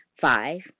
Five